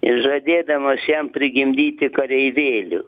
ir žadėdamos jam prigimdyti kareivėlių